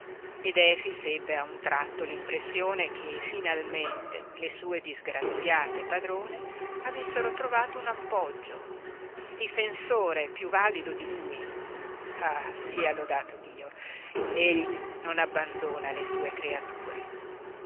viso ed efix ebbe a un tratto l'impressione che finalmente le sue disgraziate padrone avessero trovato un appoggio un difensore piú valido di lui ah sia lodato dio egli non abbandona le sue creature